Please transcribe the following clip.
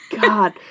God